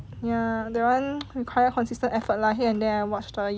ya that [one] require consistent effort lah here and there I watch the